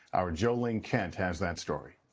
our jo ling kent has that story.